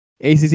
ACC